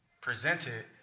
presented